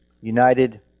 United